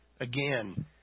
again